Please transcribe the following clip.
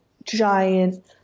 giant